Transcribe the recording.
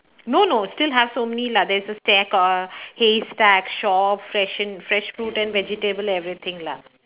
no no still have so many lah there's a stack o~ haystack shop fresh an~ fresh fruit and vegetable everything lah